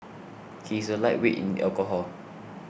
he is a lightweight in alcohol